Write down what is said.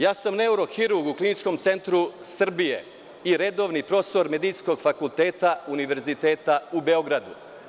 Ja sam neurohirurg u Kliničkom centru Srbije i redovni profesor Medicinskog fakulteta Univerziteta u Beogradu.